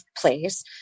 place